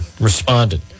responded